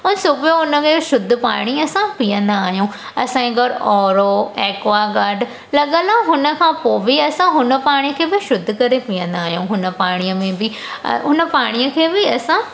पोइ सुबुह जो उनखे शुद्ध पाणी असां पीअंदा आहियूं असांजे घर ओरो एक्वागार्ड लॻलि आहे हुनखां पोइ बि असां हुन पाणी खे शुद्ध करे पीअंदा आहियूं हुन पाणी में बि हुन पाणअ खे बि असां